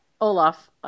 Olaf